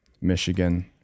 Michigan